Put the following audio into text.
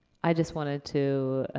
i just wanted to